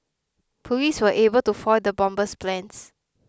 police were able to foil the bomber's plans